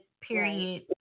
Period